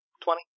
Twenty